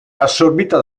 assorbita